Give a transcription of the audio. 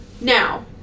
now